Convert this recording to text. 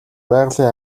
байгалийн